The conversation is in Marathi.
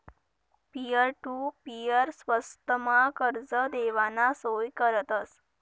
पिअर टु पीअर स्वस्तमा कर्ज देवाना सोय करतस